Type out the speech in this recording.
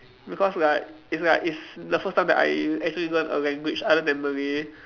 because like it's like it's the first time that I actually learnt a language other than Malay